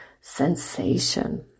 sensation